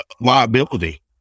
liability